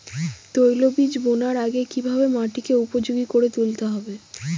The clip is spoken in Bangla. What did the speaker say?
তৈলবীজ বোনার আগে কিভাবে মাটিকে উপযোগী করে তুলতে হবে?